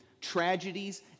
tragedies